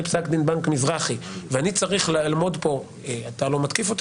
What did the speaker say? פסק דין בנק המזרחי ואני צריך לעמוד פה אתה לא מתקיף אותי